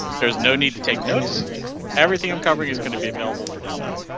there's no need to take notes everything. i'm covering is going to be available for download.